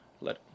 Let